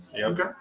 Okay